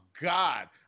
God